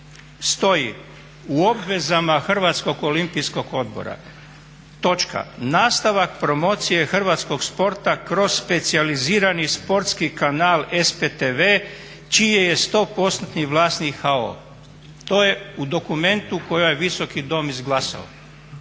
stoji: u obvezama Hrvatskog olimpijskog odbora, točka nastavak promocije hrvatskog sporta kroz specijalizirati sportski kanal SPTV čiji je 100%-tni vlasnik HOO. To je u dokumentu kojega je ovaj visoki dom izglasao.